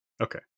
Okay